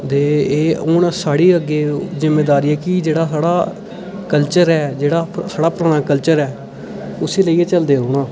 दे हून साढ़ी अग्गे जिम्मेदारी ऐ कि जेह्ड़ा साढ़ा कल्चर ऐ जेह्ड़ा साढ़ा पराना कल्चर ऐ उसी लेइयै चलदे रौह्ना